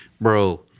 Bro